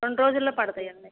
రెండు రోజుల్లో పడతాయండి